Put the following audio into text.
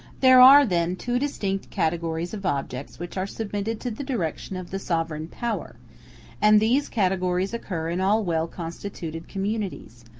there are, then, two distinct categories of objects which are submitted to the direction of the sovereign power and these categories occur in all well-constituted communities,